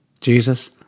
Jesus